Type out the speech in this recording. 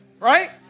right